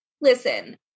listen